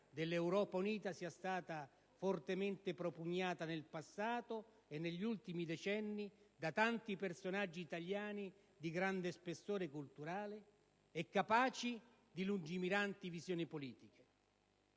dell'Europa unita sia stata fortemente propugnata nel passato e negli ultimi decenni da tanti personaggi italiani di grande spessore culturale e capaci di lungimiranti visioni politiche;